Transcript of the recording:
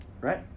right